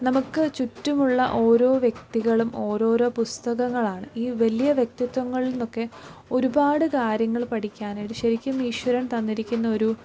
നമുക്ക് ചുറ്റുമുള്ള ഓരോ വ്യക്തികളും ഓരോരോ പുസ്തകങ്ങളാണ് ഈ വലിയ വ്യക്തിത്വങ്ങളിൽ നിന്നൊക്കെ ഒരുപാട് കാര്യങ്ങൾ പഠിക്കാനായിട്ട് ശരിക്കും ഈശ്വരൻ തന്നിരിക്കുന്ന ഒരു